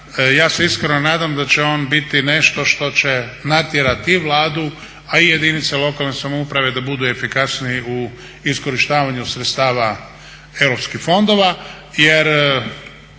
Ja se iskreno nadam da će on biti nešto što će natjerat i Vladu, a i jedinice lokalne samouprave da budu efikasniji u iskorištavanju sredstava europskih fondova